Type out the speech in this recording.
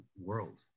world